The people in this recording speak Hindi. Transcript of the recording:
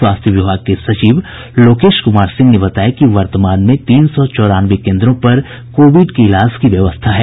स्वास्थ्य विभाग के सचिव लोकेश कुमार सिंह ने बताया है कि वर्तमान में तीन सौ चौरानवे केन्द्रों पर कोविड के इलाज की व्यवस्था है